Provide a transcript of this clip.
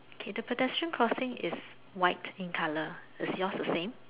okay the pedestrian crossing is white in colour is yours the same